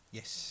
Yes